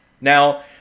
Now